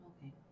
Okay